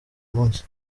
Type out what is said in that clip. munsi